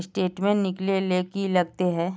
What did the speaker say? Statement निकले ले की लगते है?